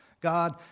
God